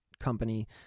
company